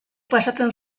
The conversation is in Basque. pasatzen